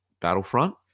battlefront